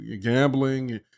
gambling